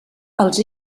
els